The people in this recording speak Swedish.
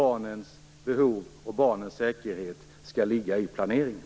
Barnens behov och barnens säkerhet skall ligga i planeringen.